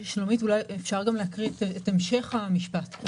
שלומית, אפשר גם להקריא את המשך המשפט.